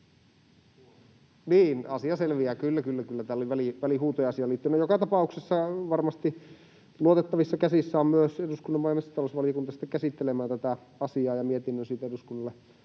Niin, asia selviää kyllä, kyllä kyllä. Täällä oli välihuuto asiaan liittyen. — Joka tapauksessa varmasti tämä asia on luotettavissa käsissä myös eduskunnan maa- ja metsätalousvaliokunnassa, joka sitä käsittelee ja mietinnön siitä eduskunnalle